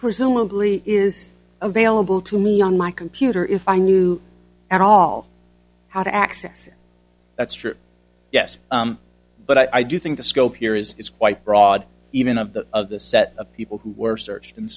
presumably is available to me on my computer if i knew at all how to access that's true yes but i do think the scope here is quite broad even of the of the set of people who were searched and